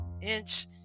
inch